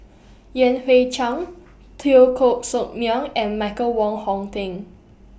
Yan Hui Chang Teo Koh Sock Miang and Michael Wong Hong Teng